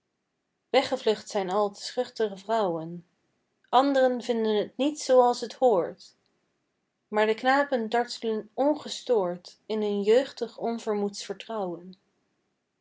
weggevlucht zijn al te schuchtere vrouwen andren vinden t niet zooals het hoort maar de knapen dartlen ongestoord in hun jeugdig overmoeds vertrouwen